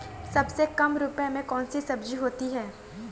सबसे कम रुपये में कौन सी सब्जी होती है?